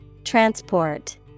Transport